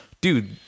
dude